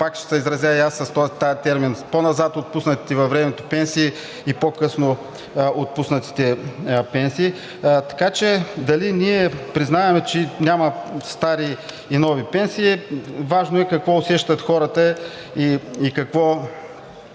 пак ще се изразя и аз с този термин: по-назад отпуснатите във времето пенсии и по-късно отпуснатите пенсии. Така че дали ние признаваме, че няма стари и нови пенсии, важно е какво усещат хората и какво